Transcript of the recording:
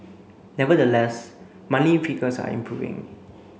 nevertheless monthly figures are improving